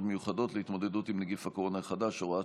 מיוחדות להתמודדות עם נגיף הקורונה החדש (הוראת